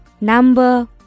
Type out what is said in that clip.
Number